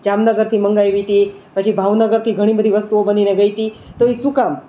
જામનગરથી મંગાવી હતી પછી ભાવનગરથી ઘણી બધી વસ્તુઓ બનીને ગઈ હતી તો એ શું કામ